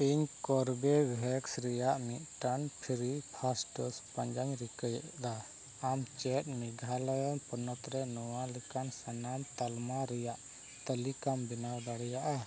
ᱤᱧ Corbevax ᱨᱮᱭᱟᱜ ᱢᱤᱫᱴᱟᱝ ᱯᱷᱤᱨᱤ ᱯᱷᱟᱥ ᱰᱳᱡᱽ ᱯᱟᱱᱡᱟᱧ ᱨᱤᱠᱟᱹᱭᱮᱫᱟ ᱟᱢ ᱪᱮᱫ ᱢᱮᱜᱷᱟᱞᱚᱭᱟ ᱯᱚᱱᱚᱛ ᱨᱮ ᱱᱚᱣᱟ ᱞᱮᱠᱟᱱ ᱥᱟᱱᱟᱢ ᱛᱟᱞᱢᱟ ᱨᱮᱭᱟᱜ ᱥᱟᱱᱟᱢ ᱛᱟᱹᱞᱤᱠᱟᱢ ᱵᱮᱱᱟᱣ ᱫᱟᱲᱮᱭᱟᱜᱼᱟ